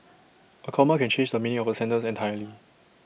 A comma can change the meaning of A sentence entirely